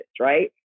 right